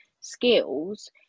skills